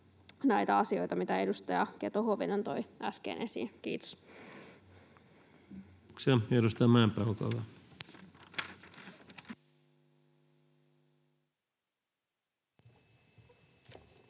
näitä asioita, mitä edustaja Keto-Huovinen toi äsken esiin. — Kiitos.